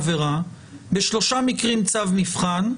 אי גזירת מאסר מבחינת ההסדרים ומבחינת הדרישה,